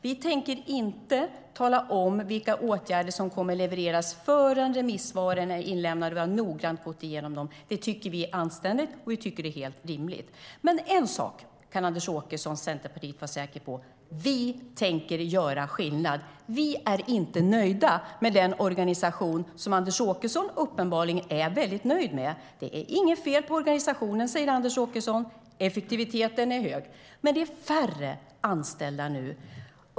Vi tänker inte tala om vilka åtgärder som kommer att levereras förrän remissvaren är inlämnade och vi har gått igenom dem noggrant. Det tycker vi är anständigt, och vi tycker att det är helt rimligt. En sak kan dock Anders Åkesson från Centerpartiet vara säker på: Vi tänker göra skillnad. Vi är inte nöjda med den organisation som Anders Åkesson uppenbarligen är väldigt nöjd med. Anders Åkesson säger att det inte är något fel på organisationen, att effektiviteten är hög. Men det är färre anställda nu.